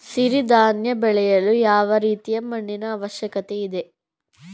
ಸಿರಿ ಧಾನ್ಯ ಬೆಳೆಯಲು ಯಾವ ರೀತಿಯ ಮಣ್ಣಿನ ಅವಶ್ಯಕತೆ ಇದೆ?